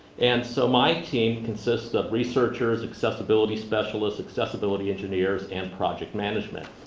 and so my team consists of researchers, accessibility specialists, accessibility engineers, and project management.